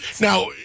now